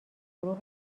گروه